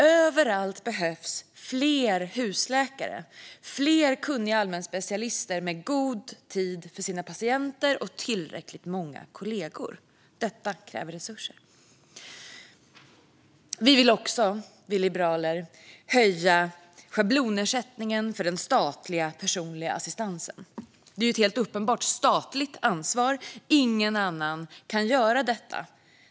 Överallt behövs fler husläkare, fler kunniga allmänspecialister med god tid för sina patienter och tillräckligt många kollegor. Detta kräver resurser. Vi liberaler vill också höja schablonersättningen för den statliga personliga assistansen. Det är ett helt uppenbart statligt ansvar. Ingen annan kan göra detta.